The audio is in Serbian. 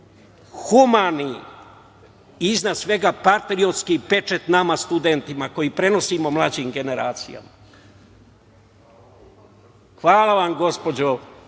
humani i iznad svega patriotski pečat nama studentima, koji prenosimo mlađim generacijama. Hvala vam gospođo